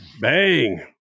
Bang